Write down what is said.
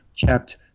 kept